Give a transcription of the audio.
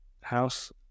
house